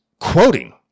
quoting